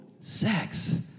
sex